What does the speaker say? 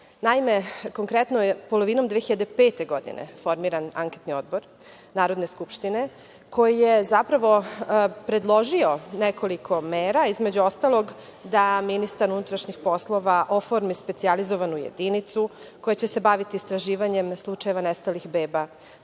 odbora. Naime, konkretno je polovinom 2005. godine formiran anketni odbor Narodne skupštine koji je zapravo predložio nekoliko mera, između ostalog da ministar unutrašnjih poslova oformi specijalizovanu jedinicu koja će se baviti istraživanjem slučaja nestalih beba,